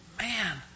man